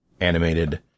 animated